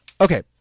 okay